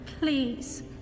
please